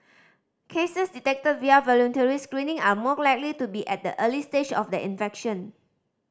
cases detected via voluntary screening are more likely to be at the early stage of their infection